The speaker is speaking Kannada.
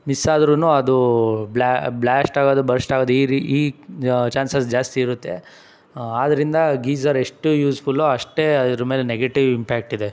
ಮಿಸ್ ಆದ್ರೂ ಅದು ಬ್ಲ್ಯಾ ಬ್ಲ್ಯಾಸ್ಟ್ ಆಗೋದು ಬರ್ಸ್ಟ್ ಆಗೋದು ಈ ರೀ ಈ ಚಾನ್ಸಸ್ ಜಾಸ್ತಿ ಇರುತ್ತೆ ಆದ್ದರಿಂದ ಗೀಝರ್ ಎಷ್ಟು ಯೂಸ್ಫುಲ್ಲೋ ಅಷ್ಟೇ ಇದ್ರ ಮೇಲೆ ನೆಗಿಟಿವ್ ಇಂಪ್ಯಾಕ್ಟ್ ಇದೆ